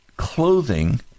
clothing